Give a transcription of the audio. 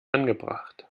angebracht